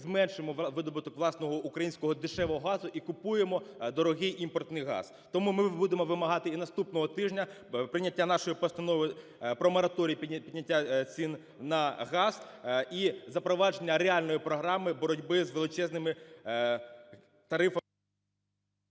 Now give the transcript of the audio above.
зменшуємо видобуток власного українського газу і купуємо дорогий імпортний газ. Тому ми будемо вимагати і наступного тижня прийняття нашої постанови про мораторій підняття цін на газ і запровадження реальної програми боротьби з величезними тарифами…